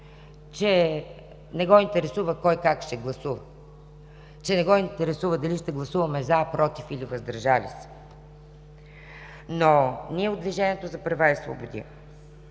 че не го интересува кой как ще гласува, че не го интересува дали ще гласуваме „за“, „против“ или „въздържали се“, но ние от „Движението за права и свободи“